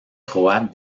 croate